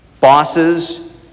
bosses